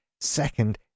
Second